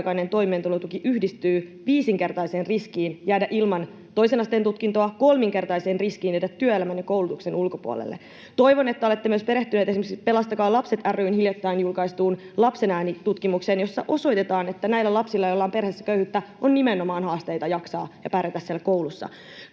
toimeentulotuki yhdistyy viisinkertaiseen riskiin jäädä ilman toisen asteen tutkintoa, kolminkertaiseen riskiin jäädä työelämän ja koulutuksen ulkopuolelle. Toivon, että olette myös perehtyneet esimerkiksi Pelastakaa Lapset ry:n hiljattain julkaistuun Lapsen ääni -tutkimukseen, jossa osoitetaan, että näillä lapsilla, joilla on perheessä köyhyyttä, on nimenomaan haasteita jaksaa ja pärjätä siellä koulussa.